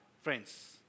friends